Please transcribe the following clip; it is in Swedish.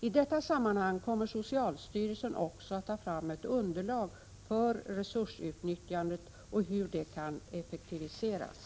I detta sammanhang kommer socialstyrelsen också att ta fram ett underlag för resursutnyttjandet och hur det kan effektiviseras.